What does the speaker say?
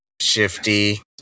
shifty